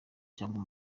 cyangwa